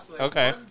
Okay